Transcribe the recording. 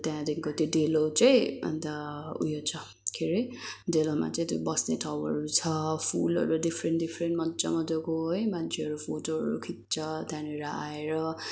त्यहाँदेखि त्यो डेलो चाहिँ अन्त उयो छ के अरे डेलोमा चाहिँ त्यो बस्ने ठाउँहरू छ फुलहरू डिफरेन्ट डिफरेन्ट मजा मजाको है मान्छेहरू फोटोहरू खिच्छ त्यहाँनिर आएर